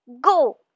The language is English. Go